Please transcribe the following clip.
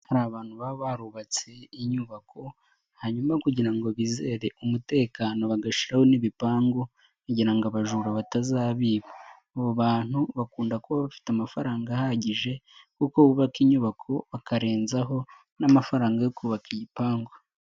Hari abantu baba barubatse inyubako hanyuma kugira ngo bizere umutekano bagashyiraho n'ibipangu kugirango ngo abajura batazabiba. Abo bantu bakunda kuba bafite amafaranga ahagije kuko bubaka inyubako bakarenzaho n'amafaranga yo kubaka igipangu.